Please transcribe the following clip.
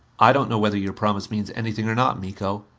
i don't know whether your promise means anything or not, miko.